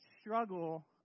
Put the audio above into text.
struggle